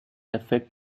effect